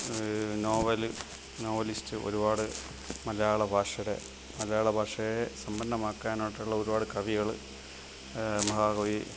novel novelist ഒരുപാട് മലയാളഭാഷയുടെ മലയാള ഭാഷയെ സമ്പന്നമാക്കാനായിട്ടുള്ള ഒരുപാട് കവികൾ മഹാകവി